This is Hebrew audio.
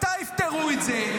מתי יפתרו את זה?